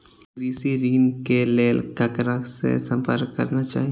कृषि ऋण के लेल ककरा से संपर्क करना चाही?